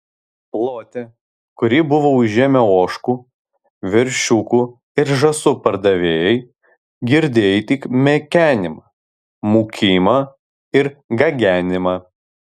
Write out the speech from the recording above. plote kurį buvo užėmę ožkų veršiukų ir žąsų pardavėjai girdėjai tik mekenimą mūkimą ir gagenimą